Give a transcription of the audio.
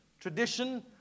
tradition